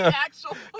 actual,